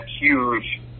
huge